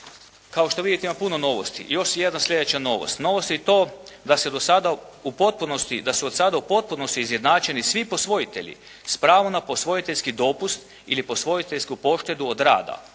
Kao što vidite ima puno novosti. Još jedna sljedeća novost. Novost je i to da se do sada, da su od sada u potpunosti izjednačeni svi posvojitelji s pravo na posvojiteljski dopust ili posvojiteljsku poštedu od rada,